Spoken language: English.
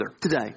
today